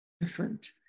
different